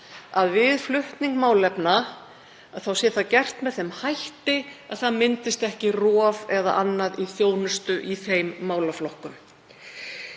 að við flutning málefna sé það gert með þeim hætti að ekki myndist rof eða annað í þjónustu í þeim málaflokkum.